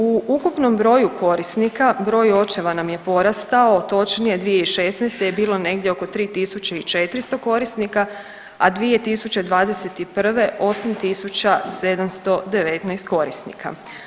U ukupnom broju korisnika, broj očeva nam je porastao, točnije 2016. je bilo negdje oko 3.400 korisnika, a 2021. 8.719 korisnika.